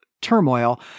turmoil